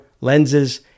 lenses